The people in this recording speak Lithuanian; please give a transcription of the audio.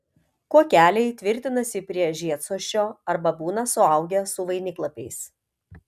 kuokeliai tvirtinasi prie žiedsosčio arba būna suaugę su vainiklapiais